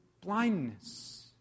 blindness